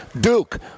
Duke